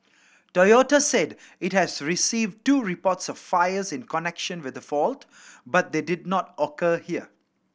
Toyota said it has received two reports of fires in connection with the fault but they did not occur here